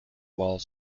while